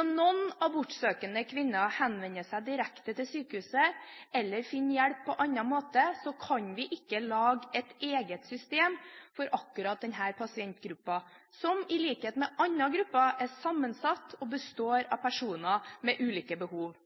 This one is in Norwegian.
om noen abortsøkende kvinner henvender seg direkte til sykehuset, eller finner hjelp på annen måte, kan vi ikke lage et eget system for akkurat denne pasientgruppen, som i likhet med andre grupper er sammensatt og består av personer med ulike behov.